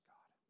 God